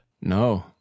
No